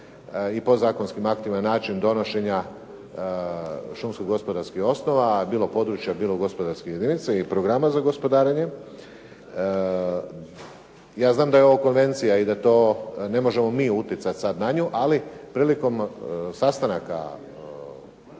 i podzakonskim aktima način donošenja šumskogospodarskih osnova, bilo područja bilo gospodarske jedinice i programa za gospodarenje. Ja znam da je ovo konvencija i da to ne možemo mi utjecati sad na nju, ali prilikom sastanaka